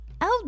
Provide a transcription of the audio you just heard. out